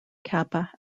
kappa